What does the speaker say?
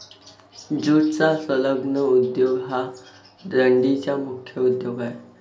ज्यूटचा संलग्न उद्योग हा डंडीचा मुख्य उद्योग आहे